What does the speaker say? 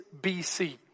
BC